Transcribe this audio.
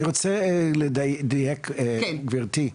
אני רוצה לדייק גברתי.